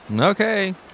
Okay